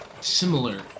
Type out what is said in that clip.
similar